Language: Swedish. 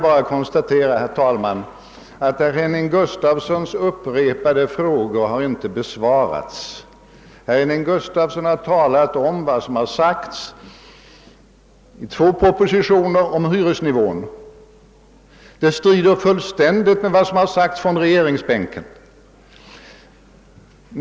Jag konstaterar också att herr Gustafsson i Skellefteå inte fått svar på sina upprepade frågor. Han talade om att vad som i två propositioner sagts om hyresnivån strider fullständigt mot vad som anförts från regeringsbänken.